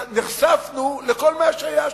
נחשפנו לכל מה שהיה שם.